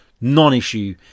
non-issue